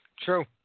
True